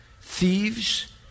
Thieves